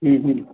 ہوں ہوں